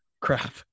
crap